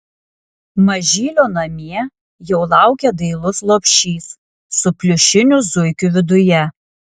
mažylio namie jau laukia dailus lopšys su pliušiniu zuikiu viduje